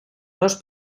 dos